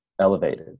elevated